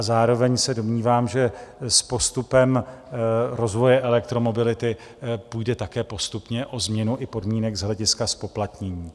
Zároveň se domnívám, že s postupem rozvoje elektromobility půjde také postupně o změnu i podmínek z hlediska zpoplatnění.